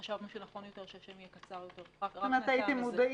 חשבנו שנכון יותר שהשם יהיה קצר יותר רק מהטעם הזה.